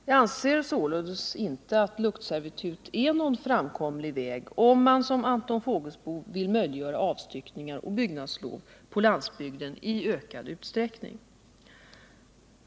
Jag anser således inte att luktservitut är någon framkomlig väg om man som Anton Fågelsbo vill möjliggöra avstyckningar och byggnadslov på landsbygden i ökad utsträckning.